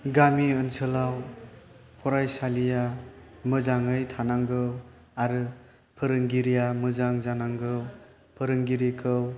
गामि ओनसोलाव फरािसालिआ मोजाङै थानांगौ आरो फोरोंगिरिआ मोजां जानांगौ फोरोंगिरिखौ